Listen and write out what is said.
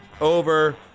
over